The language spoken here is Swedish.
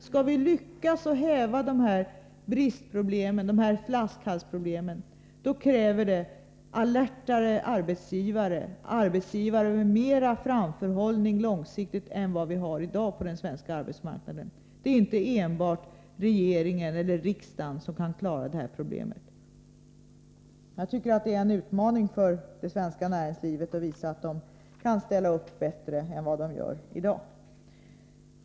För att vi skall lyckas att häva dessa brister och flaskhalsproblem krävs det alertare arbetsgivare, arbetsgivare med mer långsiktig framförhållning än vad vi har i dag på den svenska arbetsmarknaden. Det är inte enbart regeringen eller riksdagen som kan klara det här problemet. Jag tycker att det är en utmaning för det svenska näringslivet att visa att man där kan ställa upp bättre än vad man gör i dag.